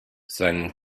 seinen